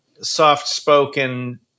soft-spoken